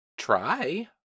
try